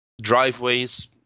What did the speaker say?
driveways